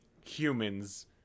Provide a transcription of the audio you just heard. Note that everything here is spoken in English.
humans